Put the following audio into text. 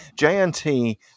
JNT